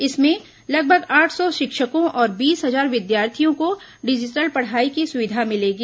इसमें लगभग आठ सौ शिक्षकों और बीस हजार विद्यार्थियों को डिजिटल पढ़ाई की सुविधा मिलेगी